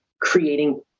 creating